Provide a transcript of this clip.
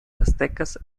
aztecas